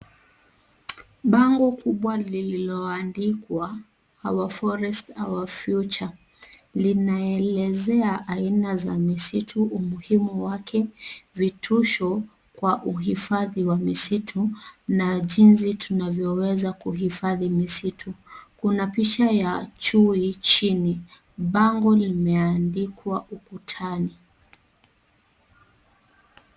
Bango kubwa lilioandikwa " Our forests Our future " linaelezea aina za misitu, umuhimu wake, vitusho wa uhifadhi wa misitu na jinsi tunavyoweza kuhifadhi misitu. Kuna picha ya Chui chini. Bango limeandikwa ukutani.